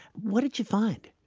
what did you find?